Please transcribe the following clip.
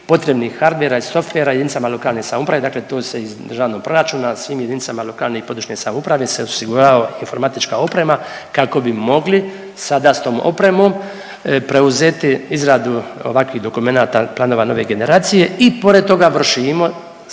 potrebnih hardvera i softvera jedinicama lokalne samouprave, dakle to se iz državnog proračuna svim jedinicama lokalne i područne samouprave se osigurava informatička oprema kako bi mogli sada s tom opremom preuzeti izradu ovakvih dokumenata planova nove generacije i pored toga vršimo